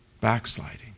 backsliding